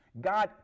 God